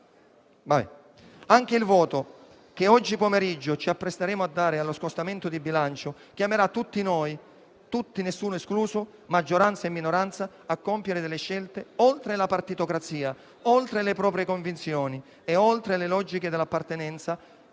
Anche il voto che oggi pomeriggio ci apprestiamo a dare allo scostamento di bilancio chiamerà tutti noi, nessuno escluso, maggioranza e minoranza, a compiere delle scelte oltre la partitocrazia, oltre le proprie convinzioni e oltre le logiche dell'appartenenza